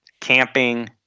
camping